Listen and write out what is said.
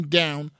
down